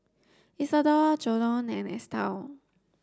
Isidor Jordon and Estell